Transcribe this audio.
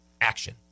action